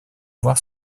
voir